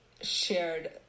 shared